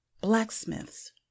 blacksmiths